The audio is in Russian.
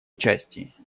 участии